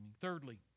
Thirdly